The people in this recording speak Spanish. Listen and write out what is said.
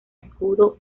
escudo